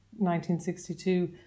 1962